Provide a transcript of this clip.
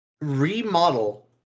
remodel